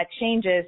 changes